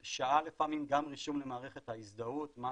של שעה לפעמים, גם רישום למערכת ההזדהות, מה